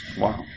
Wow